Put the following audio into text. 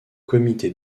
comité